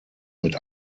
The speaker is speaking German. mit